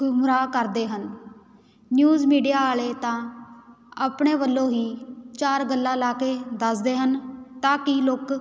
ਗੁੰਮਰਾਹ ਕਰਦੇ ਹਨ ਨਿਊਜ਼ ਮੀਡੀਆ ਵਾਲੇ ਤਾਂ ਆਪਣੇ ਵੱਲੋਂ ਹੀ ਚਾਰ ਗੱਲਾਂ ਲਾ ਕੇ ਦੱਸਦੇ ਹਨ ਤਾਂ ਕਿ ਲੋਕ